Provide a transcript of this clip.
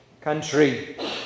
Country